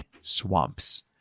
swamps